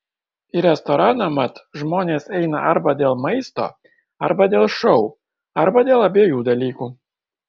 į restoraną mat žmonės eina arba dėl maisto arba dėl šou arba dėl abiejų dalykų